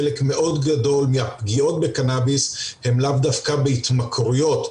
חלק מאוד גדול מהפגיעות בקנאביס הן לאו דווקא בהתמכרויות,